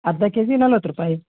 ಅರ್ಧ K G ನಲ್ವತ್ತು ರೂಪಾಯಿ